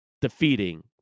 defeating